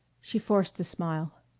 she forced a smile.